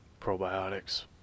Probiotics